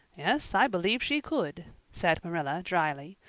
yes, i believe she could, said marilla dryly.